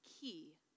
key